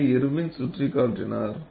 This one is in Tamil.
இதை இர்வின் சுட்டிக்காட்டினார்